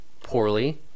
poorly